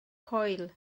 coil